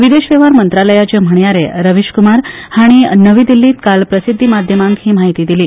विदेश वेव्हार मंत्रालयाचे म्हणयारे रवीश कुमार हांणी नवी दिल्लीत काल प्रसिद्धीमाध्यमांक ही म्हायती दिली